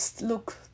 Look